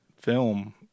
film